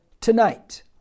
tonight